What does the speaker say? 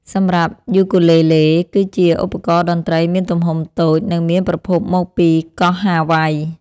សម្រាប់យូគូលេលេ គឺជាឧបករណ៍តន្ត្រីមានទំហំតូច និងមានប្រភពមកពីកោះហាវ៉ៃ។